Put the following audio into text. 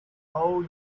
how